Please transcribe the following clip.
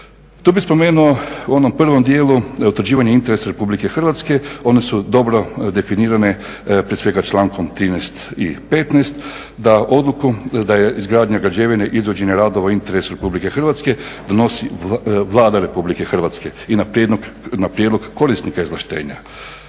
Tu bih spomenuo u onom prvom dijelu utvrđivanje interesa Republike Hrvatske. One su dobro definirane prije svega člankom 13. i 15. da je izgradnja građevine i izvođenje radova u interesu Republike Hrvatske donosi Vlada Republike Hrvatske i na prijedlog korisnika izvlaštenja